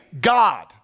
God